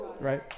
Right